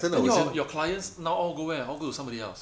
no lah your clients now all go where all go to somebody else